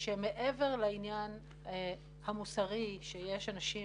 שמעבר לעניין המוסרי שיש אנשים